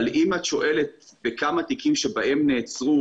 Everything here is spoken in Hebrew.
אבל אם את שואלת בכמה תיקים בהם נעצרו